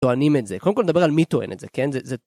טוענים את זה, קודם כל נדבר על מי טוען את זה, כן?